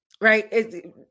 Right